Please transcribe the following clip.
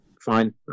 fine